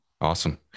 Awesome